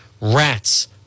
rats